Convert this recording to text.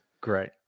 Great